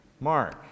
Mark